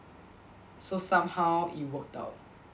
so somehow it worked out